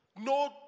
no